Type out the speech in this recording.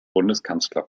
bundeskanzler